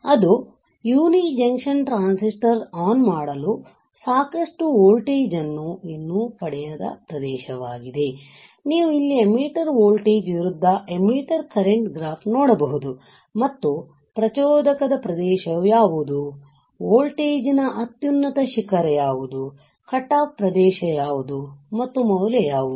ಅದು uni junction transistor on ಮಾಡಲು ಸಾಕಷ್ಟು ವೋಲ್ಟೇಜ್ ಅನ್ನು ಇನ್ನೂ ಪಡೆಯದ ಪ್ರದೇಶವಾಗಿದೆ ನೀವು ಇಲ್ಲಿ ಎಮ್ಮಿಟರ್ ವೋಲ್ಟೇಜ್ ವಿರುದ್ಧ ಎಮ್ಮಿಟರ್ ಕರೆಂಟ್ ಗ್ರಾಫ್ ನೋಡಬಹುದು ಮತ್ತು ಪ್ರಚೋದಕ ಪ್ರದೇಶ ಯಾವುದು ವೋಲ್ಟೇಜ್ ನ ಅತ್ಯುನ್ನತ ಶಿಖರ ಯಾವುದು ಕಟ್ ಆಫ್ ಪ್ರದೇಶ ಯಾವುದು ಮತ್ತು ಮೌಲ್ಯ ಯಾವುದು